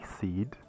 seed